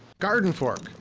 gardenfork,